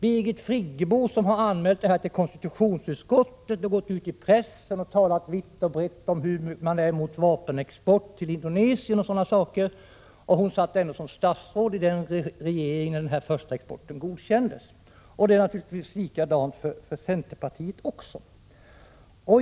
Birgit Friggebo, som har anmält frågan till konstitutionsutskottet och som gått ut i pressen och talat vitt och brett om att folkpartiet är emot vapenexport till Indonesien, satt ändå som statsråd i den regering som godkände den första exporten. Centerpartiet var naturligtvis också representerat i den regeringen.